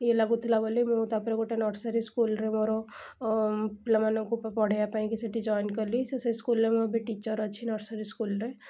ଇଏ ଲାଗୁଥିଲା ବୋଲି ମୁଁ ତାପରେ ଗୋଟେ ନର୍ସରି ସ୍କୁଲରେ ମୋର ପିଲାମାନଙ୍କୁ ପଢ଼େଇବା ପାଇଁ କି ସେଠି ଜଏନ୍ କଲି ସେ ସ୍କୁଲରେ ଏବେ ମୁଁ ଟିଚର ଅଛି ନର୍ସରି ସ୍କୁଲରେ